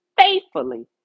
faithfully